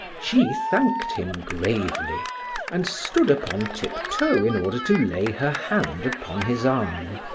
she thanked him gravely and stood upon tiptoe in order to lay her hand upon his arm.